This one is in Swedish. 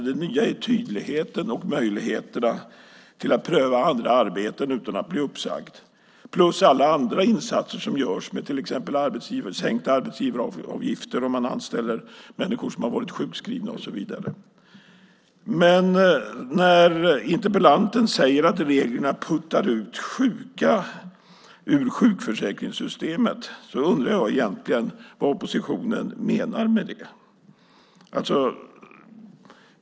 Det nya är tydligheten och möjligheterna att pröva andra arbeten utan att bli uppsagd. Dessutom görs många andra insatser som till exempel sänkt arbetsgivaravgift om man anställer människor som har varit sjukskrivna. Interpellanten säger att reglerna puttar ut sjuka ur sjukförsäkringssystemet. Jag undrar vad oppositionen menar med det.